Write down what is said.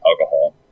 alcohol